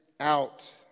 out